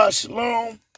Shalom